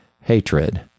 hatred